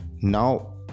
Now